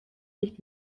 nicht